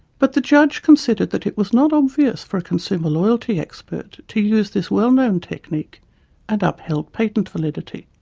but the judge considered that it was not obvious for a consumer loyalty expert to use this well-known technique and upheld patent validity.